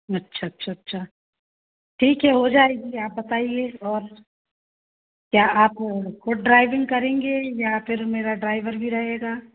अच्छा अच्छा अच्छा ठीक है हो जाएगी आप बताइए और क्या आप ख़ुद ड्राइविंग करेंगे या फिर मेरा ड्राइवर भी रहेगा